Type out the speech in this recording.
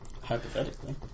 Hypothetically